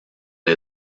les